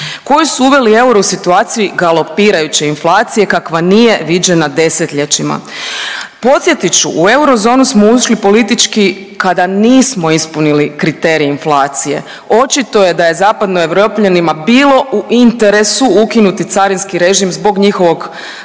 koji su uveli euro u situaciji galopirajuće inflacije kakva nije viđena desetljećima. Podsjetit ću u eurozonu smo ušli politički kada nismo ispunili kriterij inflacije, očito je da je zapadno Europljanima bilo u interesu ukinuti carinski režim zbog njihovog